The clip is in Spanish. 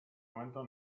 momento